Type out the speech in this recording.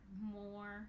more